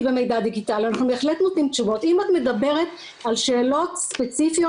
תלויים כפופה למבחן הכנסות ואם יש לו הכנסה זה